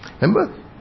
Remember